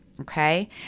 okay